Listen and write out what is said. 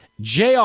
Jr